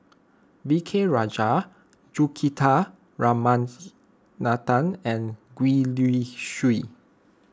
V K Rajah Juthika Raman and Gwee Li Sui